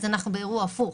אז אנחנו באירוע הפוך.